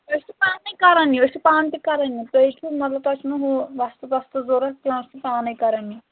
أسۍ چھِ پانے کَران یہِ أسۍ چھِ پانہٕ تہِ کَرَان یہِ تۄہہِ چھُو مطلب تۄہہِ چھُنہٕ ہُہ وَستہٕ پستہٕ ضوٚرَتھ کیٚنٛہہ چھُنہٕ پانَے کَران یہِ